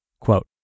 Quote